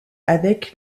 avec